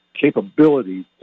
capability